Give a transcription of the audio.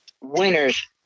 winners